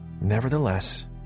nevertheless